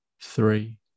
three